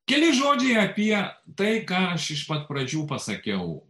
keli žodžiai apie tai ką aš iš pat pradžių pasakiau